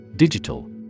Digital